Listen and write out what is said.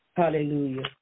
Hallelujah